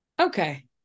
okay